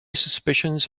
suspicions